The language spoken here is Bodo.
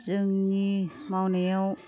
जोंनि मावनायाव